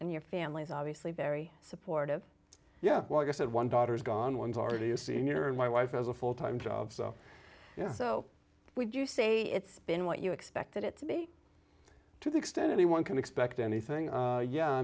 and your family is obviously very supportive yeah like i said one daughter's gone ones already a senior and my wife has a full time job so yeah so would you say it's been what you expected it to be to the extent anyone can expect anything yeah i